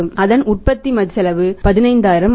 அதன் உற்பத்தி செலவு 15000 ஆகும்